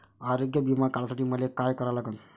आरोग्य बिमा काढासाठी मले काय करा लागन?